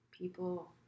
people